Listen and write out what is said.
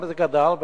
גדל?